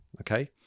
okay